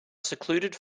secluded